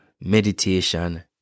meditation